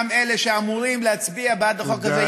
גם אלה שאמורים להצביע בעד החוק הזה,